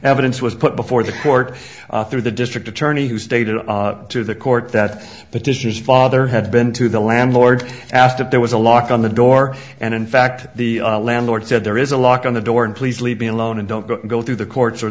evidence was put before the court through the district attorney who stated to the court that petitions father had been to the landlord asked if there was a lock on the door and in fact the landlord said there is a lock on the door and please leave me alone and don't go through the courts or